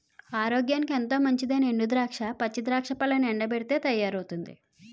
ఆరోగ్యానికి ఎంతో మంచిదైనా ఎండు ద్రాక్ష, పచ్చి ద్రాక్ష పళ్లను ఎండబెట్టితే తయారవుతుంది